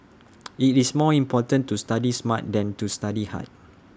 IT is more important to study smart than to study hard